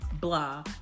blah